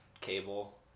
Cable